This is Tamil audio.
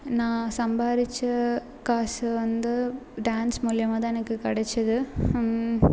நான் சம்பாதிச்ச காசு வந்து டான்ஸ் மூலிமா தான் எனக்கு கிடச்சிது